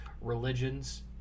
religions